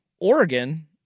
Oregon